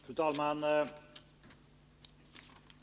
Fru talman!